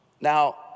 Now